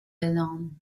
alone